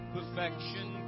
Perfection